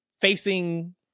facing